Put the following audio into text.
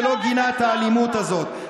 ולא גינה את האלימות הזאת.